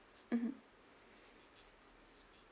mmhmm